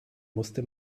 musste